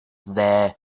there